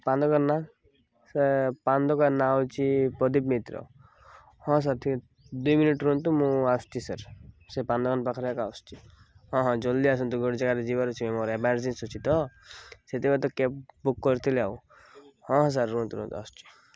ପାନ ଦୋକାନ ନାଁ ସାର୍ ପାନ ଦୋକାନ ନାଁ ହେଉଛି ପ୍ରଦୀପ ମିତ୍ର ହଁ ସାର୍ ଠିକ୍ ଦୁଇ ମିନିଟ୍ ରୁହନ୍ତୁ ମୁଁ ଆସୁଛି ସାର୍ ସେ ପାନ ଦୋକାନ ପାଖରେ ଏକା ଆସୁଛି ହଁ ହଁ ଜଲ୍ଦି ଆସନ୍ତୁ ଗୋଟେ ଜାଗାରେ ଯିବାର ଅଛିଁ ମୋର ଏମରଜେନ୍ସି ଅଛି ତ ସେଥିପାଇଁ ତ କ୍ୟାବ୍ ବୁକ୍ କରିଥିଲେ ଆଉ ହଁ ସାର୍ ରୁହନ୍ତୁ ରୁହନ୍ତୁ ଆସୁଛି